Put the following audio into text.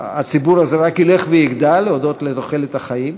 הציבור הזה רק ילך ויגדל הודות לתוחלת החיים.